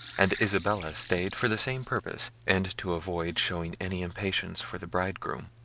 and isabella stayed for the same purpose, and to avoid showing any impatience for the bridegroom,